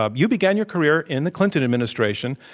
um you began your career in the clinton administration.